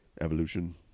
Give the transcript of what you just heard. evolution